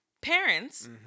Parents